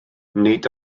nid